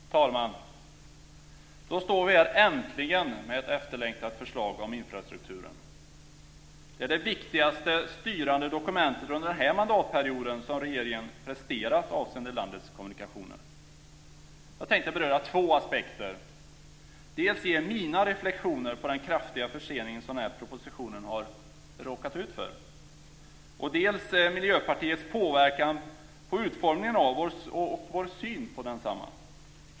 Herr talman! Då står vi äntligen här med ett efterlängtat förslag om infrastrukturen. Det är det viktigaste styrande dokument avseende landets kommunikationer som regeringen presterat under den här mandatperioden. Jag tänkte beröra två aspekter och dels ge mina reflexioner på den kraftiga försening som den här propositionen har råkat ut för, dels ta upp Miljöpartiets påverkan på utformningen av och vår syn på densamma.